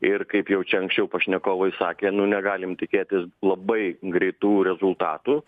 ir kaip jau čia anksčiau pašnekovai sakė nu negalim tikėtis labai greitų rezultatų